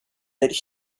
that